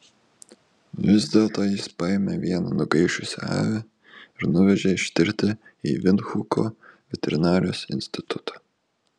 vis dėlto jis paėmė vieną nugaišusią avį ir nuvežė ištirti į vindhuko veterinarijos institutą